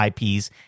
IPs